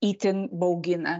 itin baugina